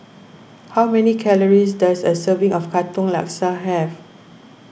how many calories does a serving of Katong Laksa have